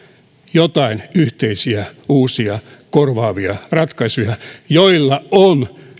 joitain yhteisiä uusia korvaavia ratkaisuja joilla on